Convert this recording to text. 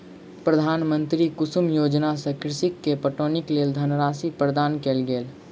प्रधानमंत्री कुसुम योजना सॅ कृषक के पटौनीक लेल धनराशि प्रदान कयल गेल